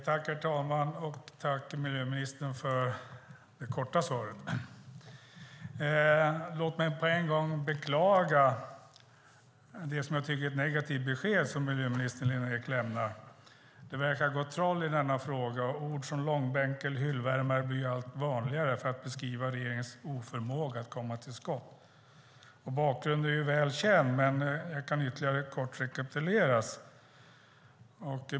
Herr talman! Tack, miljöministern, för det korta svaret! Låt mig på en gång beklaga det jag tycker är ett negativt besked från miljöminister Lena Ek. Det verkar ha gått troll i denna fråga. Ord som långbänk eller hyllvärmare blir allt vanligare för att beskriva regeringens oförmåga att komma till skott. Bakgrunden är väl känd men kan rekapituleras kort ytterligare en gång.